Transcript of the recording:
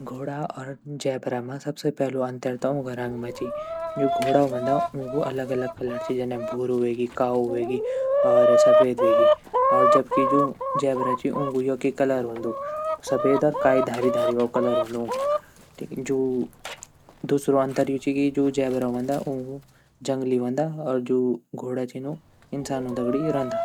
मैन जू आख़िरी चीज़ खे छे ऊ ची पिज़्ज़ा पिज़्ज़ा बनौणा ले सबसे पेली आटु गुदण पड़दू फिर तब वे आटन वेगु बेस तैयार कन पड़दू फिर वेगा बाद वैमा टमाटर सॉस फैलोंण पड़दू फिर वेगा ऐंच बठीन चीज और अपरि मन पसंदीदा टॉपिंग डाल सकदा जने की प्याज़ वेगी शिमला मिर्च वेगी वेगा बाद पिज़्ज़ा त ओवन म डाली के कुछ देर पकोंण ची फिर वेगा बाद हम वे त खे सकदा।